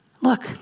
Look